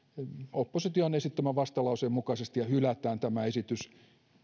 opposition esittämän vastalauseen mukaisesti ja hylätään tämä esitys